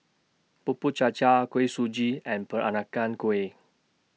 Bubur Cha Cha Kuih Suji and Peranakan Kueh